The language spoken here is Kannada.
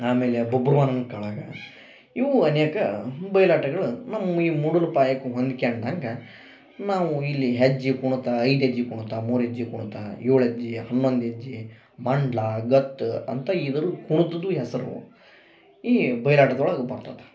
ಆಮೇಲೆ ಬಬ್ರುವಾಹನನ್ ಕಾಳಗ ಇವು ಅನೇಕ ಬಯ್ಲಾಟಗಳು ನಮ್ಮೂಯಿ ಮೂಡಲ್ಪಾಯಕ್ಕ ಹೊಂದ್ಕ್ಯಂಡಂಗ ನಾವು ಇಲ್ಲಿ ಹೆಜ್ಜೆ ಕುಣುತಾ ಐದು ಹೆಜ್ಜೆ ಕುಣಿತ ಮೂರು ಹೆಜ್ಜೆ ಕುಣಿತ ಏಳು ಹೆಜ್ಜೆ ಹನ್ನೊಂದು ಹೆಜ್ಜೆ ಮಂಡಲ ಗತ್ತು ಅಂತ ಇದರ ಕುಣಿತದ್ದ ಹೆಸ್ರ ಈ ಬಯ್ಲಾಟದೊಳಗ ಬರ್ತದ